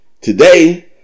today